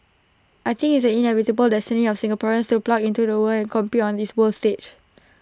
I think it's the inevitable destiny of Singaporeans to plug into the world and compete on this world stage